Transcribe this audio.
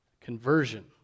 conversion